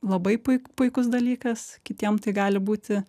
labai puik puikus dalykas kitiem tai gali būti